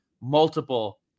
multiple